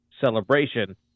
celebration